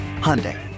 Hyundai